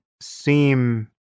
seem